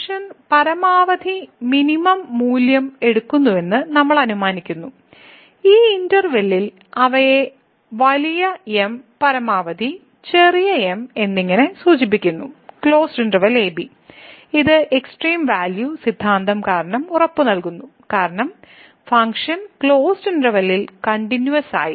function പരമാവധി minimum മൂല്യം എടുക്കുന്നുവെന്ന് നമ്മൾ അനുമാനിക്കുന്നു ഈ ഇന്റെർവെല്ലിൽ അവയെ വലിയ എം പരമാവധി ചെറുത് മിനിമം എന്നിങ്ങനെ സൂചിപ്പിക്കുന്നു a b ഇത് എക്സ്ട്രീം വാല്യൂ സിദ്ധാന്തം കാരണം ഉറപ്പുനൽകുന്നു കാരണം ഫങ്ക്ഷൻ ക്ലോസ്ഡ് ഇന്റെർവെല്ലിൽ കണ്ടിന്യൂവസ് ആയി